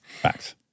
Facts